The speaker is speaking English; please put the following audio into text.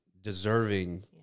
deserving